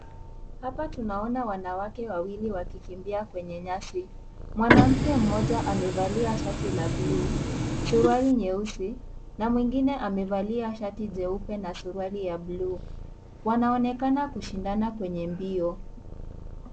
Hapa tunaona wanawake wawili Wakikimbia kwenye nyasi. Mwanamke mmoja amevalia shati la bluu, suruali nyeusi na mwingine amevalia shati jeupe na suruali ya bluu. Wanaonekana kushindana kwenye mbio.